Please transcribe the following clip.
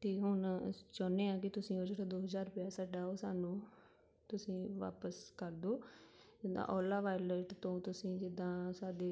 ਅਤੇ ਹੁਣ ਅਸੀਂ ਚਾਹੁੰਦੇ ਹਾਂ ਕਿ ਤੁਸੀਂ ਉਹ ਜਿਹੜਾ ਦੋ ਹਜ਼ਾਰ ਰੁਪਇਆ ਸਾਡਾ ਉਹ ਸਾਨੂੰ ਤੁਸੀਂ ਵਾਪਿਸ ਕਰ ਦਿਓ ਜਿੱਦਾਂ ਓਲਾ ਵਾਲਟ ਤੋਂ ਤੁਸੀਂ ਜਿੱਦਾਂ ਸਾਡੇ